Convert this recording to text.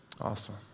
Awesome